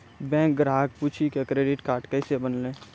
Bank ग्राहक पुछी की क्रेडिट कार्ड केसे बनेल?